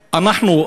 אנחנו,